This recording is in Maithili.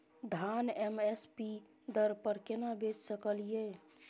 धान एम एस पी दर पर केना बेच सकलियै?